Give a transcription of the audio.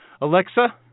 Alexa